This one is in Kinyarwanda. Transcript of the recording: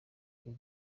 the